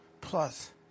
Plus